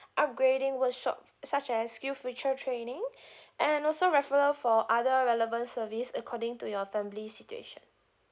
upgrading workshop such as skillsfuture training and also referral for other relevant service according to your family situation